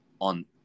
on